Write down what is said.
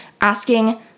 asking